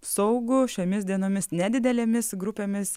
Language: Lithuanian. saugų šiomis dienomis nedidelėmis grupėmis